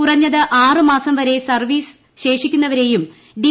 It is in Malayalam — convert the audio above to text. കുറഞ്ഞത് ആറ് മാസം വരെ സർവ്വീസ് ശേഷിക്കുന്നവരെയും ഡി